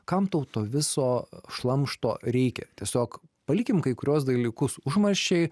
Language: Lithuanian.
kam tau to viso šlamšto reikia tiesiog palikim kai kuriuos dalykus užmarščiai